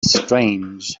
strange